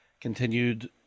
continued